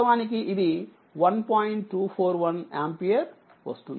241 ఆంపియర్వస్తుంది